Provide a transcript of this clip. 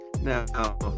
Now